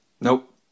Nope